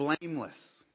blameless